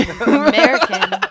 American